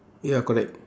ya correct